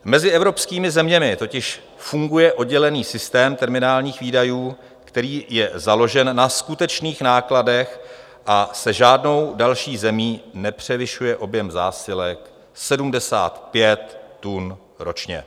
Mezi evropskými zeměmi totiž funguje oddělený systém terminálních výdajů, který je založen na skutečných nákladech, a se žádnou další zemí nepřevyšuje objem zásilek 75 tun ručně.